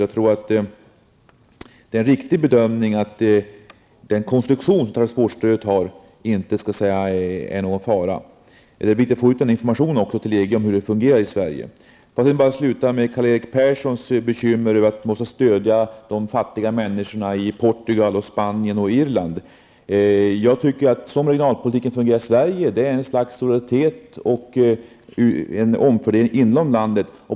Jag tror att det är en riktig bedömning att det inte är någon fara med den konstruktion som transportstödet har. Det är viktigt att informera EG om hur det fungerar i Jag vill slutligen ta upp Karl-Erik Perssons bekymmer över att man måste stödja de fattiga människorna i Portugal, Spanien och Irland. Regionalpolitiken i Sverige innebär ett slags solidaritet och innebär att det sker en omfördelning inom landet.